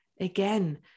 Again